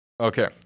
Okay